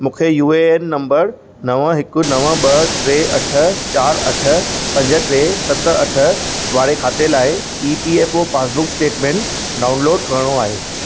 मूंखे U A N नंबरु नव हिकु नव ॿ टे अठ चारि अठ पंज टे सत अठ वारे खाते लाइ E P F O passbook statement डाउनलोडु करणो आहे